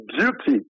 duty